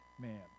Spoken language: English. man